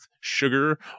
sugar